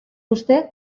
uste